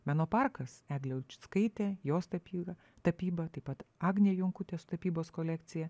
meno parkas eglė ulčickaitė jos tapyba tapyba taip pat agnė jonkutė su tapybos kolekcija